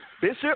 Bishop